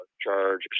charge